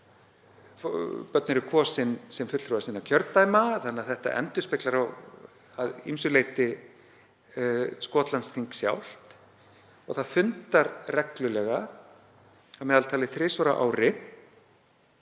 Börn eru kosin sem fulltrúar sinna kjördæma þannig að það endurspeglar að ýmsu leyti Skotlandsþing sjálft. Það fundar reglulega, að meðaltali þrisvar á ári,